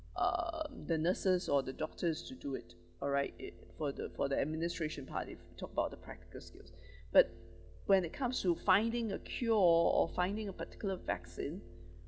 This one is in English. uh the nurses or the doctors to do it all right uh for the for the administration part if you talk about the practical skills but when it comes to finding a cure or finding a particular vaccine